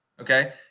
okay